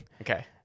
Okay